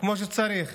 כמו שצריך.